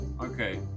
okay